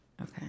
Okay